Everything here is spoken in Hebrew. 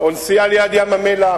או נסיעה ליד ים-המלח,